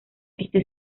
este